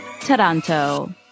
Taranto